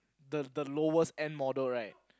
the the lowest end model right